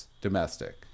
domestic